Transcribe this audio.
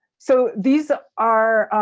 so these are,